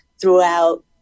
throughout